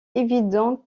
évident